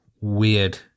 weird